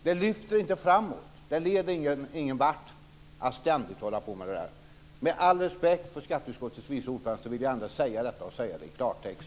Det leder ingenvart att ständigt hålla på så där. Med all respekt för skatteutskottets vice ordförande ville jag ändå säga detta i klartext.